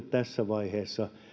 tässä vaiheessa